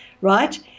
right